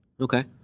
Okay